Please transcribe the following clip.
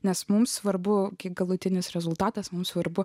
nes mums svarbu kiek galutinis rezultatas mums svarbu